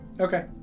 Okay